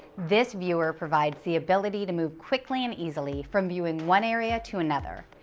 this viewer provides the ability to move quickly and easily from viewing one area to another,